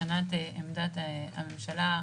מבחינת עמדת הממשלה,